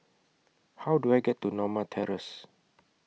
How Do I get to Norma Terrace